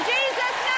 Jesus